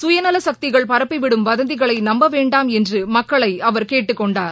சுயநல சக்திகள் பரப்பிவிடும் வதந்திகளை நம்பவேண்டாம் என்று மக்களை அவர் கேட்டுக்கொண்டிருக்கிறார்